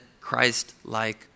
Christ-like